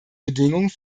bedingung